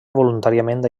voluntàriament